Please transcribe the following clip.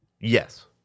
Yes